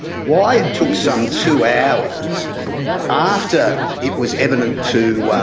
why it took some two hours after it was evident to